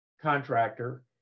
contractor